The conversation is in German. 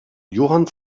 johann